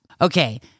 Okay